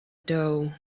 doe